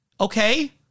Okay